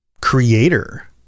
creator